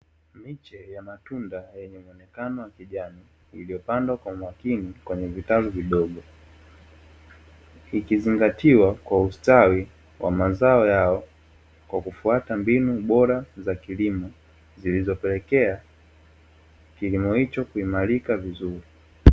Miche ya matunda yenye muonekano wa kijani iliyopandwa kwa umakini kwenye vitalu vidogo, ikizingatiwa kwa ustawi wa mazao yao kwa kufuata mbinu bora za kilimo, zilizopelekea kilimo hicho kuimarika vizuri.